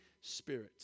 Spirit